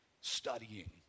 Studying